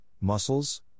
muscles